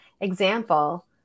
example